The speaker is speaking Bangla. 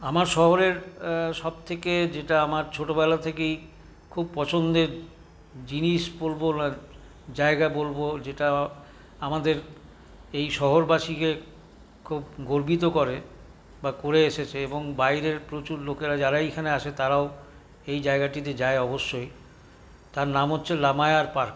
আমার শহরের সব থেকে যেটা আমার ছোটবেলা থেকেই খুব পছন্দের জিনিস বলবো না জায়গা বলবো যেটা আমাদের এই শহরবাসীকে খুব গর্বিত করে বা করে এসেছে এবং বাইরের প্রচুর লোকেরা যারাই এখানে আসে তারাও এই জায়গাটিতে যায় অবশ্যই তার নাম হচ্ছে লামায়ার পার্ক